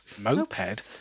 moped